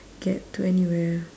get to anywhere